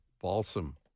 Balsam